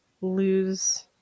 lose